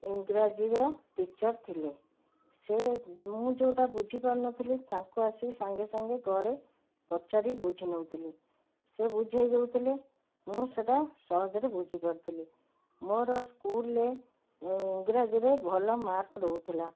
ଇଂରାଜୀର teacher ଥିଲେ ସେ ମୁଁ ଯେଉଁଟା ବୁଝିପାରୁନଥିଲି ତାଙ୍କୁ ଆସି ସାଙ୍ଗେ ସାଙ୍ଗେ ଘରେ ପଚାରି ବୁଝିନେଉଥିଲି ସେ ବୁଝାଇ ଦେଉଥିଲେ ମୁଁ ସେଇଟା ସହଜରେ ବୁଝିପାରୁଥିଲି ମୋର ସ୍କୁଲରେ ଇଂରାଜୀରେ ଭଲ ମାର୍କ୍ ରହୁଥିଲା